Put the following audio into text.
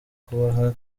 kubaha